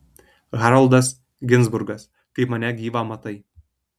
haroldas ginzburgas kaip mane gyvą matai